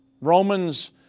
Romans